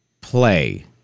play